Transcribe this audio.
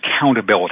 accountability